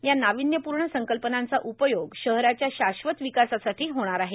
या नावीन्यपूर्ण संकल्पनांचा उपयोग शहराच्या शाश्वत विकासासाठी होणार आहे